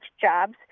jobs